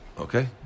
Okay